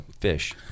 fish